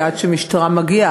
עד שהמשטרה מגיעה,